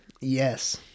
Yes